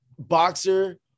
boxer